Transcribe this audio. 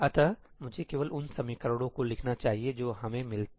अतः मुझे केवल उन समीकरणों को लिखना चाहिए जो हमें मिलते हैं